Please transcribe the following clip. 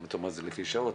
אם אתה אומר שזה לפי שעות.